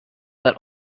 are